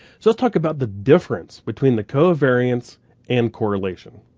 so let's talk about the difference between the covariance and correlation.